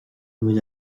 bhfuil